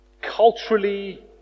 culturally